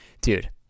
dude